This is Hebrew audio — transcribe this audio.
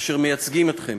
אשר מייצגים אתכם,